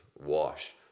wash